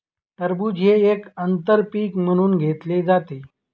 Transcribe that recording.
टरबूज हे एक आंतर पीक म्हणून घेतले जाते